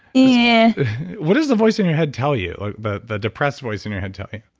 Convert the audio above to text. yeah what does the voice in your head tell you, like the the depressed voice in your head tell you?